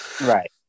right